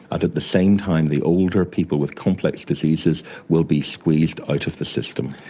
at at the same time the older people with complex diseases will be squeezed out of the system.